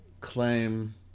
claim